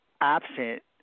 absent